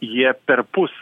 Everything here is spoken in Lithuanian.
jie perpus